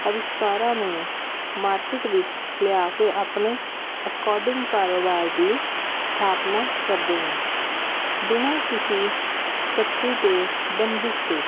ਅਵਿਸ਼ਕਾਰਾਂ ਨੂੰ ਮਾਰਕੀਟ ਵਿੱਚ ਲਿਆ ਕੇ ਆਪਣੇ ਅਕੋਡਿੰਗ ਕਾਰੋਬਾਰ ਦੀ ਸਥਾਪਨਾ ਕਰਦੇ ਹਾਂ ਬਿਨਾਂ ਕਿਸੀ ਸਖਤੀ 'ਤੇ ਬੰਦਿਸ਼ 'ਤੇ